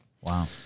Wow